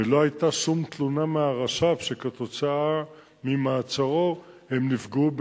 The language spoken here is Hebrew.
ולא היתה שום תלונה מהרשות הפלסטינית שכתוצאה ממעצרו הם נפגעו,